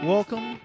Welcome